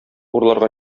урларга